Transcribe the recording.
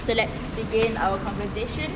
so let's begin our conversation